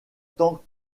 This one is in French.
tant